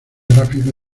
gráficos